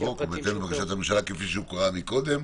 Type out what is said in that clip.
בהתאם לבקשת הממשלה, כפי שנקרא קודם.